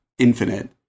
Infinite